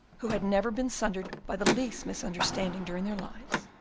who had never been sundered by the least misunderstanding during their lives,